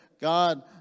God